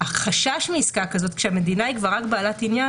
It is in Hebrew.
החשש מעסקה כזאת כשהמדינה היא כבר רק בעלת עניין